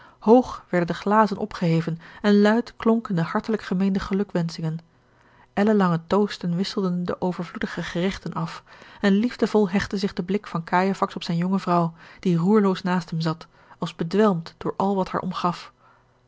hoog werden de glazen opgeheven en luid klonken de hartelijk gemeende gelukwenschingen ellen lange toasten wisselden de overvloedige geregten af en liefdevol hechtte zich de blik van cajefax op zijne jonge vrouw die roerloos naast hem zat als bedwelmd door al wat haar omgaf